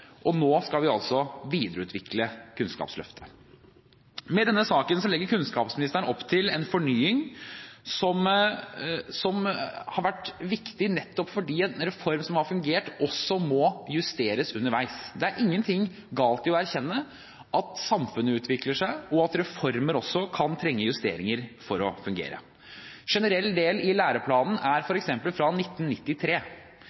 Nå skal vi altså videreutvikle Kunnskapsløftet. Med denne saken legger kunnskapsministeren opp til en fornying som har vært viktig, nettopp fordi en reform som har fungert, også må justeres underveis. Det er ingen ting galt i å erkjenne at samfunnet utvikler seg, og at reformer også kan trenge justeringer for å fungere. Generell del i læreplanen er